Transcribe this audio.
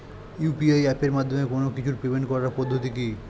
UPI এপের মাধ্যমে কোন কিছুর পেমেন্ট করার পদ্ধতি কি?